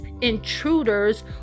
intruders